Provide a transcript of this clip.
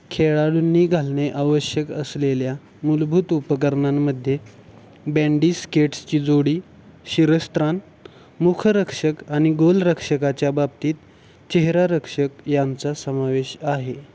खेळाडूंनी घालणे आवश्यक असलेल्या मूलभूत उपकरणांमध्ये बँडी स्केट्सची जोडी शिरस्त्राण मुखरक्षक आणि गोलरक्षकाच्या बाबतीत चेहरारक्षक यांचा समावेश आहे